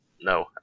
No